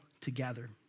together